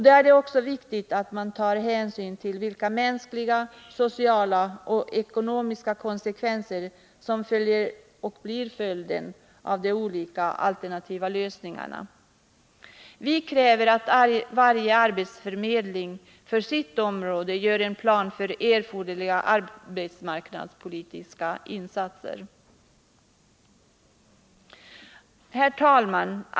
Då är det också viktigt att man tar hänsyn till vilka mänskliga, sociala och ekonomiska följder de olika, alternativa lösningarna får. Vi kräver att varje arbetsförmedling för sitt område gör en plan för erforderliga arbetsmarknadspolitiska insatser. Herr talman!